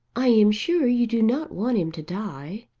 i am sure you do not want him to die.